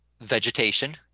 vegetation